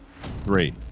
three